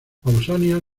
pausanias